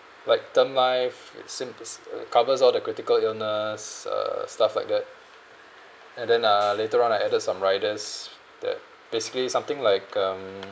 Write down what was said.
like term life it simples~ uh covers all the critical illness uh stuff like that and then uh later on I added some riders that basically something like um